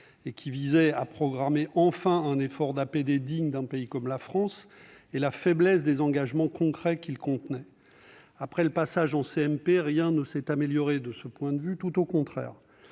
qui visait à programmer, enfin, un effort d'APD digne d'un pays comme la France, et la faiblesse des engagements concrets qu'il contenait. Après le passage en commission mixte paritaire, rien ne s'est amélioré de ce point de vue, bien au contraire